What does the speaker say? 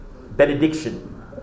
benediction